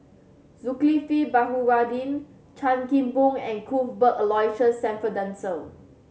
Zulkifli Baharudin Chan Kim Boon and Cuthbert Aloysius Shepherdson